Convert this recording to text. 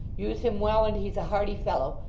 use him well, and he's a hearty fellow,